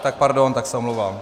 Tak pardon, to se omlouvám.